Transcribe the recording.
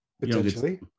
Potentially